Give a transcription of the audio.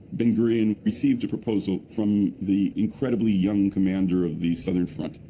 ben-gurion received a proposal from the incredibly young commander of the southern front,